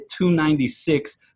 296